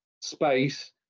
space